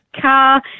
car